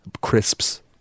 crisps